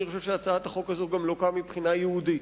אני חושב שהצעת החוק הזו גם לוקה מבחינה יהודית,